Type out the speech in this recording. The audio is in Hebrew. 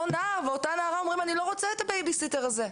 אותו נער או אתה נערה אומרים אני לא רוצה את הבייביסיטר הזה,